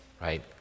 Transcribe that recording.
Right